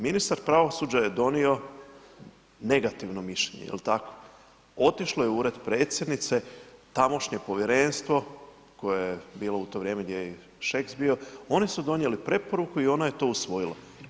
Ministar pravosuđa je donio negativno mišljenje, jel tako, otišlo je u Ured predsjednice, tamošnje povjerenstvo koje je bilo u to vrijeme gdje je Šeks bio oni su donijeli preporuku i ona je to usvojila.